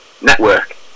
network